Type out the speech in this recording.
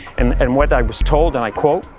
and and what i was told, and i quote,